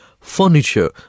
furniture